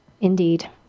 Indeed